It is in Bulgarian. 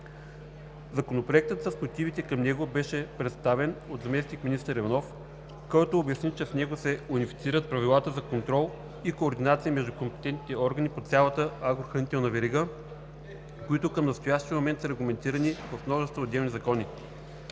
Законопроектът с мотивите към него беше представен от заместник-министър Иванов, който обясни, че с него се унифицират правилата за контрол и координация между компетентните органи по цялата агрохранителна верига, които към настоящия момент са регламентирани в множество отделни закони.